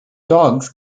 dogs